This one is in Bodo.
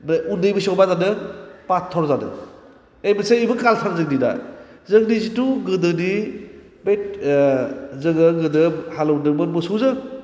दा उन्दै बैसोआव मा जादों पाट्टर जादों अबसे बेबो काल्सार जोंनि दा जोंनि जिथु गोदोनि बे जोङो गोदो हालेवदोंमोन मोसौजों